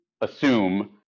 assume